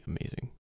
amazing